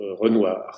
Renoir